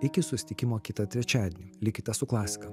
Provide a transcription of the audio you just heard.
iki susitikimo kitą trečiadienį likite su klasika